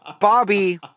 Bobby